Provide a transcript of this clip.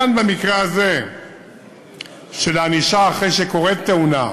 כאן במקרה הזה של ענישה אחרי שקורית תאונה